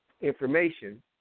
information